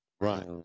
right